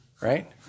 right